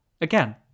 Again